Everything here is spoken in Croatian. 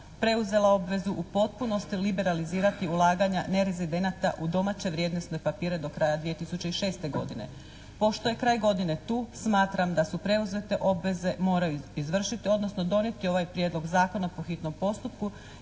preuzela obvezu u potpunosti liberalizirati ulaganja nerezidenata u domaće vrijednosne papire do kraja 2006. godine. Pošto je kraj godine tu smatram da se preuzete obveze moraju izvršiti odnosno donijeti ovaj prijedlog zakona po hitnom postupku